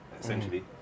essentially